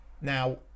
Now